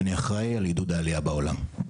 אני אחראי על עידוד עלייה בעולם.